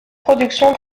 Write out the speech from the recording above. production